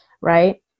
Right